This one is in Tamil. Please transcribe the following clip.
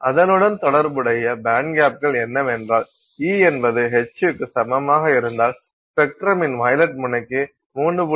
அதனுடன் தொடர்புடைய பேண்ட்கேப்கள் என்னவென்றால் E என்பது hu க்கு சமமாக இருந்தால் ஸ்பெக்ட்ரமின் வயலட் முனைக்கு 3